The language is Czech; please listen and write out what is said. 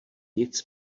nic